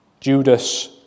Judas